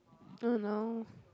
I don't know